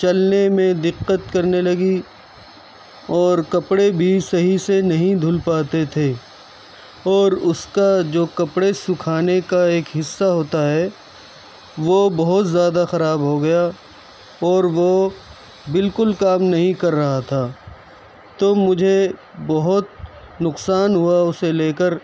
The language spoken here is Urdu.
چلنے میں دقت کرنے لگی اور کپڑے بھی صحیح سے نہیں دھل پاتے تھے اور اس کا جو کپڑے سکھانے کا ایک حصہ ہوتا ہے وہ بہت زیادہ خراب ہوگیا اور وہ بالکل کام نہیں کر رہا تھا تو مجھے بہت نقصان ہوا اسے لے کر